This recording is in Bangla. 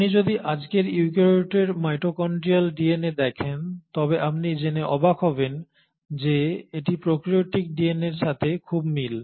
আপনি যদি আজকের ইউক্যারিওটের মাইটোকন্ড্রিয়াল ডিএনএ দেখেন তবে আপনি জেনে অবাক হবেন যে এটি প্রোক্যারিওটিক ডিএনএর সাথে খুব মিল